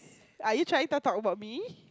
are you trying to talk about me